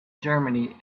germany